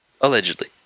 Allegedly